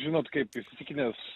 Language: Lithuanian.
žinot kaip įsitikinęs